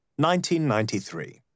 1993